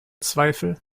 zweifel